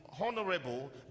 honorable